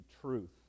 truth